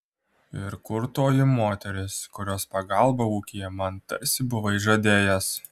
ir kur toji moteris kurios pagalbą ūkyje man tarsi buvai žadėjęs